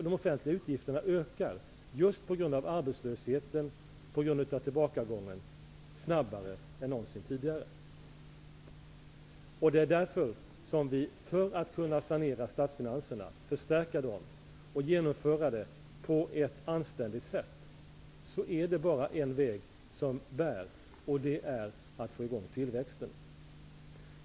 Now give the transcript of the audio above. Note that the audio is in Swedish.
De offentliga utgifterna ökar just på grund av arbetslösheten och tillbakagången snabbare än någonsin tidigare. När det gäller att sanera statsfinanserna, förstärka dem och genomföra detta på ett anständigt sätt är det bara en väg som bär, och det är att få i gång tillväxten.